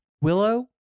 Willow